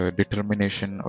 determination